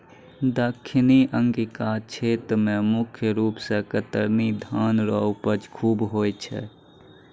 दक्खिनी अंगिका क्षेत्र मे मुख रूप से कतरनी धान रो उपज खूब होय छै